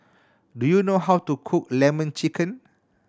do you know how to cook Lemon Chicken